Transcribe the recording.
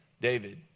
David